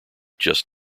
just